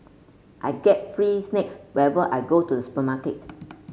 I get free snacks whenever I go to the supermarket